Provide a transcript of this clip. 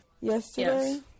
Yesterday